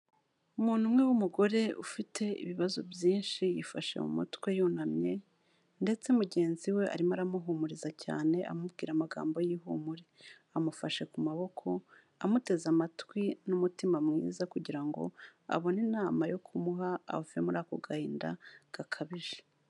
Umuntu umwe w'umugore ufite ibibazo byinshi yifashe mu mutwe yunamye ndetse mugenzi we arimo aramuhumuriza cyane, amubwira amagambo y'ihumure. Amufashe ku maboko, amuteze amatwi n'umutima mwiza kugira ngo abone inama yo kumuha ave muri ako gahinda gakabije.